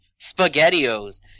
SpaghettiOs